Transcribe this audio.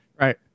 Right